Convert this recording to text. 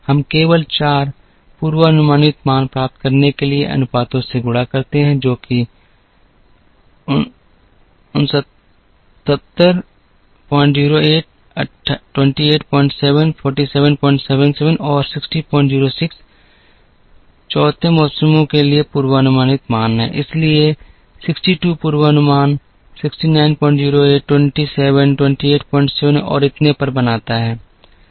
हम केवल 4 पूर्वानुमानित मान प्राप्त करने के लिए अनुपातों से गुणा करते हैं जो कि 6908 287 4777 और 6006 4 मौसमों के लिए पूर्वानुमानित मान हैं इसलिए 62 पूर्वानुमान 6908 27 287 और इतने पर बनाता है